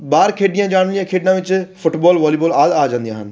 ਬਾਹਰ ਖੇਡੀਆਂ ਜਾਣ ਵਾਲੀਆਂ ਖੇਡਾਂ ਵਿੱਚ ਫੁੱਟਬੋਲ ਵੋਲੀਬੋਲ ਆਦਿ ਆ ਜਾਂਦੀਆਂ ਹਨ